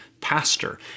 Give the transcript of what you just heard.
pastor